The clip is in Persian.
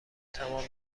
تمام